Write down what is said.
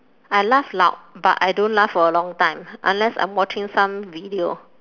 I laugh loud but I don't laugh for a long time unless I'm watching some video